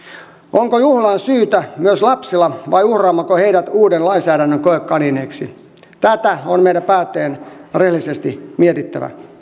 onko juhlaan syytä myös lapsilla vai uhraammeko heidät uuden lainsäädännön koekaniineiksi tätä on meidän päättäjien rehellisesti mietittävä